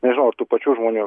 nežinau ar tų pačių žmonių